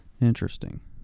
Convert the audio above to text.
Interesting